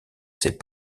ses